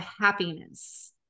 happiness